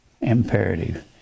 imperative